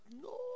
no